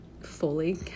fully